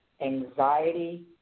anxiety